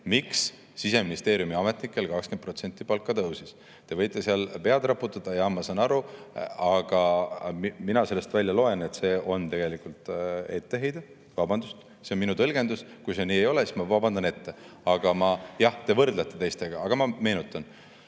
miks Siseministeeriumi ametnikel palk 20% tõusis. Te võite seal pead raputada. Jaa, ma saan aru. Aga mina loen sellest välja, et see on tegelikult etteheide. Vabandust, see on minu tõlgendus. Kui see nii ei ole, siis ma vabandan ette. Jah, te võrdlesite teistega, aga ma meenutan,